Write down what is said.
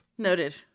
noted